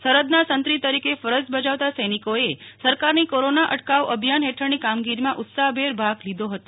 સરફદના સંત્રી તરીકે ફરજ બજાવતા સૈનિકોએ સરકારની કોરોના અટકાવ અભિયાન હેઠળની કામગીરીમાં ઉત્સાહભેર ભાગ લીધો હતો